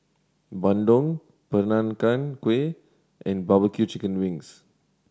bandung Peranakan Kueh and bbq chicken wings